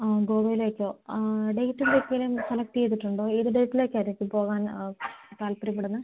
ആ ഗോവയിലേക്കോ ആ ഡേറ്റും സെലക്ട് ചെയ്തിട്ടുണ്ടോ ഏത് ഡേറ്റിലേക്കാണ് ചേച്ചി പോവാൻ താല്പര്യപ്പെടുന്നത്